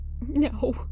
No